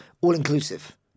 all-inclusive